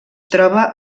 troba